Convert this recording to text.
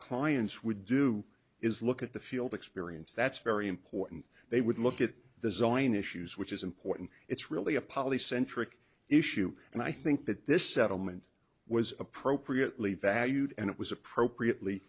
clients would do is look at the field experience that's very important they would look at design issues which is important it's really a poly centric issue and i think that this settlement was appropriately valued and it was appropriately